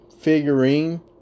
figurine